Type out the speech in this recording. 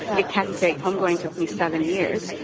yeah can take, homegoing took me seven years.